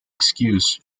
excuse